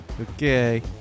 Okay